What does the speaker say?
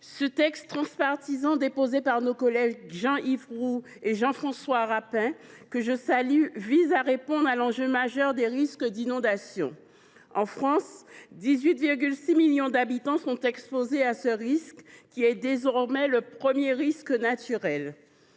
ce texte transpartisan déposé par Jean Yves Roux et Jean François Rapin, que je salue, vise à répondre à l’enjeu majeur que constituent les risques d’inondations. En France, 18,6 millions d’habitants sont exposés à ce risque, qui est désormais le premier risque naturel.